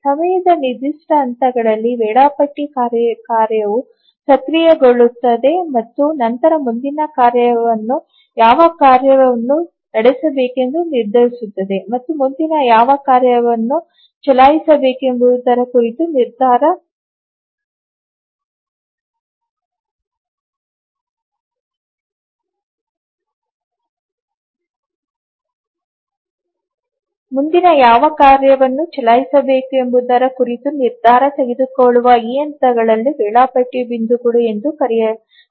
ಸಮಯದ ನಿರ್ದಿಷ್ಟ ಹಂತಗಳಲ್ಲಿ ವೇಳಾಪಟ್ಟಿ ಕಾರ್ಯವು ಸಕ್ರಿಯಗೊಳ್ಳುತ್ತದೆ ಮತ್ತು ನಂತರ ಮುಂದಿನ ಕಾರ್ಯವನ್ನು ಯಾವ ಕಾರ್ಯವನ್ನು ನಡೆಸಬೇಕೆಂದು ನಿರ್ಧರಿಸುತ್ತದೆ ಮತ್ತು ಮುಂದಿನ ಯಾವ ಕಾರ್ಯವನ್ನು ಚಲಾಯಿಸಬೇಕು ಎಂಬುದರ ಕುರಿತು ನಿರ್ಧಾರ ತೆಗೆದುಕೊಳ್ಳುವ ಈ ಹಂತಗಳನ್ನು ವೇಳಾಪಟ್ಟಿ ಬಿಂದುಗಳು ಎಂದು ಕರೆಯಲಾಗುತ್ತದೆ